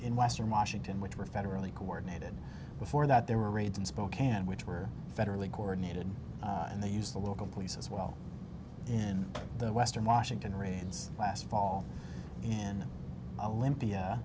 in western washington which were federally coordinated before that there were raids in spokane which were federally coronated and they used the local police as well in the western washington raids last fall in a limpia